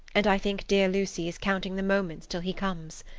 and i think dear lucy is counting the moments till he comes.